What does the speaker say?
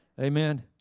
Amen